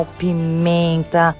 pimenta